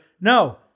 No